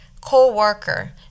co-worker